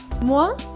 Moi